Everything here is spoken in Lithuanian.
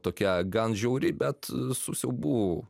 tokia gan žiauri bet su siaubu